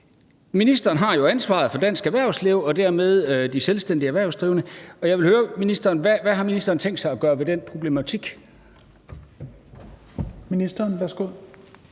Ministeren har jo ansvaret for dansk erhvervsliv og dermed de selvstændigt erhvervsdrivende, og jeg vil høre, hvad ministeren har tænkt sig at gøre ved den problematik. Kl. 17:21 Tredje